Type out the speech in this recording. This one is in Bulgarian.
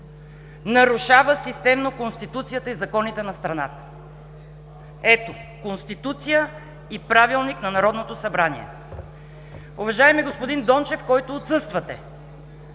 нарушава системно Конституцията и законите на страната. Ето, Конституция и Правилник на Народното събрание (показва ги). Уважаеми господин Дончев, който отсъствате!